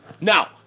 Now